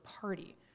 party